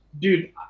Dude